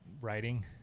writing